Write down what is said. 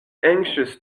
anxious